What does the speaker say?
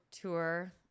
tour